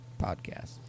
podcast